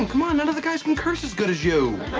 um ah none of the guys can curse as good as you.